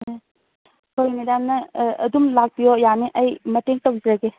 ꯎꯝ ꯍꯣꯏ ꯃꯦꯗꯥꯝꯅ ꯑꯗꯨꯝ ꯂꯥꯛꯄꯤꯌꯣ ꯌꯥꯅꯤ ꯑꯩ ꯃꯇꯦꯡ ꯇꯧꯖꯒꯦ